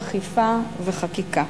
אכיפה וחקיקה.